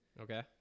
Okay